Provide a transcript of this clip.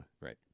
Right